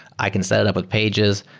i can set it up with pages.